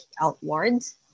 outwards